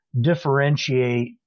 differentiate